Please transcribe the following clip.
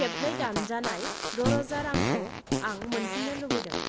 खेबनै दानजानाय द'रोजा रांखौ आं मोनफिन्नो लुबैदों